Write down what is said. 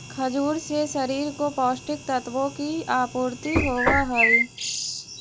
खजूर से शरीर को पौष्टिक तत्वों की आपूर्ति होवअ हई